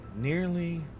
nearly